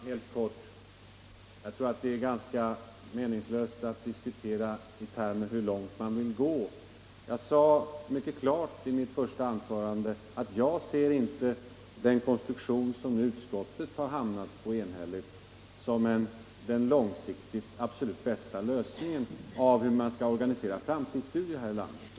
Herr talman! Jag tror att det är ganska meningslöst att diskutera detaljer beträffande hur långt man vill gå. Jag sade mycket klart i mitt första anförande att jag inte ser den konstruktion som nu utskottet enhälligt framfört som den långsiktigt absolut bästa lösningen av hur man skall organisera framtidsstudier här i landet.